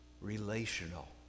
relational